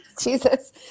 Jesus